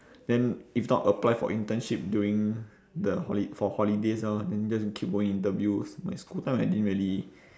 then if not apply for internship during the holi~ for holidays orh then just keep going interviews my school time I didn't really